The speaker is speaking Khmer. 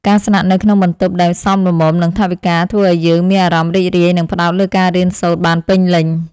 ការស្នាក់នៅក្នុងបន្ទប់ដែលសមល្មមនឹងថវិកាធ្វើឱ្យយើងមានអារម្មណ៍រីករាយ និងផ្តោតលើការរៀនសូត្របានពេញលេញ។